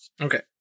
Okay